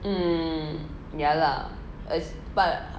mm yeah lah is but